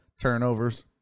Turnovers